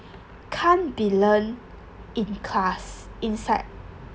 can't be learn in class inside